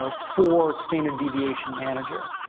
so four-standard-deviation manager,